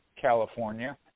California